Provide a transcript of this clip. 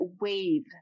wave